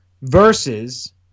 Versus